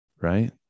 right